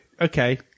Okay